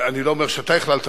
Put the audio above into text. אני לא אומר שאתה הכללת,